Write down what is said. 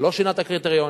שלא שינה את הקריטריונים,